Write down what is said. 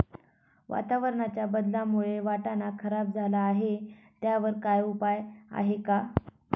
वातावरणाच्या बदलामुळे वाटाणा खराब झाला आहे त्याच्यावर काय उपाय आहे का?